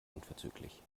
unverzüglich